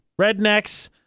Rednecks